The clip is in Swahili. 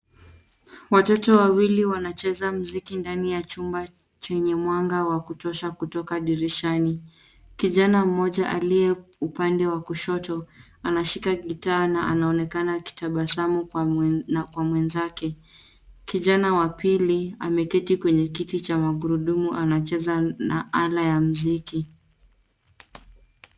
Watoto wawili wanacheza muziki ndani ya chumba chenye mwanga wa kutosha kutoka dirishani. Kijana mmoja aliye upande wa kushoto anashika gita na anaonekana akitabasamu kwa mwenzake. Kijana wa pili ameketi kwenye kiti cha magurudumu anacheza na ala ya muziki.